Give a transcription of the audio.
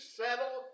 settle